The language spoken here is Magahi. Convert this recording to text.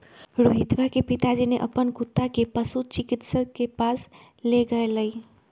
रोहितवा के पिताजी ने अपन कुत्ता के पशु चिकित्सक के पास लेगय लय